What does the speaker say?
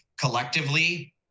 collectively